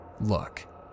Look